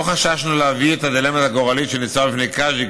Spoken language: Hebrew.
לא חששנו להביא את הדילמה הגורלית שניצבה בפני קאז'יק